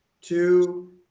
Two